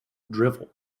drivel